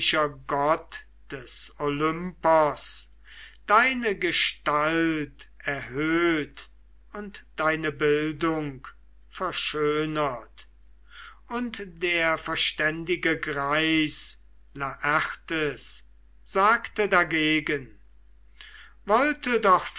gott des olympos deine gestalt erhöht und deine bildung verschönert und der verständige greis laertes sagte dagegen wollte